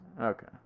Okay